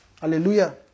Hallelujah